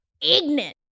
ignorant